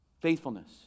Faithfulness